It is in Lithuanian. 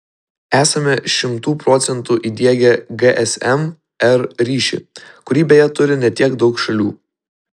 esame šimtu procentų įdiegę gsm r ryšį kurį beje turi ne tiek daug šalių